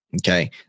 Okay